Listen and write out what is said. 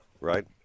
right